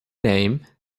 name